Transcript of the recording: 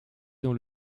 dans